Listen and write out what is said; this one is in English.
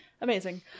amazing